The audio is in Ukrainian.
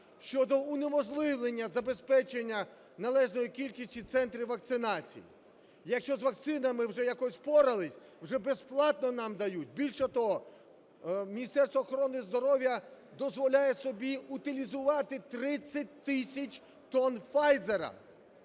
щодо унеможливлення забезпечення належної кількості центрів вакцинації. Якщо з вакцинами вже якось впорались – вже безплатно нам дають. Більше того, Міністерство охорони здоров'я дозволяє собі утилізувати 30 тисяч доз